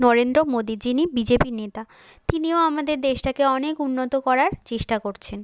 নরেন্দ্র মোদি যিনি বিজেপি নেতা তিনিও আমাদের দেশটাকে অনেক উন্নত করার চেষ্টা করছেন